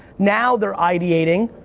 now they're ideating,